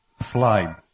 Slide